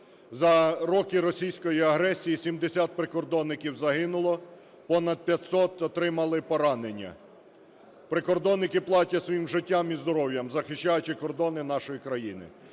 За роки російської агресії 70 прикордонників загинуло, понад 500 отримали поранення. Прикордонники платять своїм життям і здоров'ям, захищаючи кордони нашої країни.